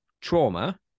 trauma